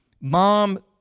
Mom